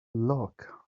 luck